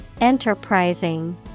Enterprising